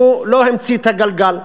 הוא לא המציא את הגלגל,